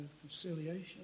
conciliation